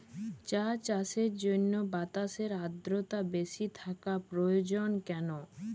চা চাষের জন্য বাতাসে আর্দ্রতা বেশি থাকা প্রয়োজন কেন?